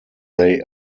they